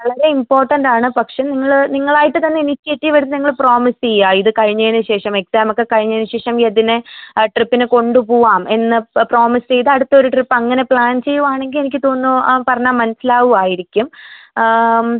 വളരെ ഇമ്പോട്ടൻറ്റാണ് പക്ഷേ നിങ്ങൾ നിങ്ങളായിട്ട് തന്നെ ഇനിഷ്യേറ്റീവെടുത്ത് നിങ്ങൾ പ്രോമിസ് ചെയ്യുക ഇത് കഴിഞ്ഞതിന് ശേഷം എക്സാമക്കെ കഴിഞ്ഞതിന് ശേഷം യതിനെ ട്രിപ്പിന് കൊണ്ട് പോവാം എന്ന് പ്രോമിസ് ചെയ്ത് അടുത്ത ഒരു ട്രിപ്പ് അങ്ങനെ പ്ലാൻ ചെയ്യുവാണെങ്കിൽ എനിക്ക് തോന്നുന്നു അവൻ പറഞ്ഞാൽ മനസ്സിലാകുവായിരിക്കും